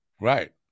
right